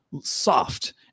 soft